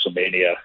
WrestleMania